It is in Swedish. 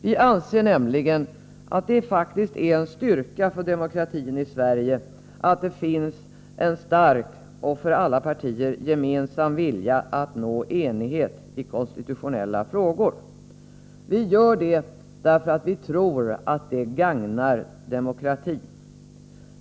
Vi anser nämligen att det faktiskt är en styrka för demokratin i Sverige att det finns en stark och för alla partier gemensam vilja att nå enighet i konstitutionella frågor. Vi gör det därför att vi tror att det gagnar demokratin.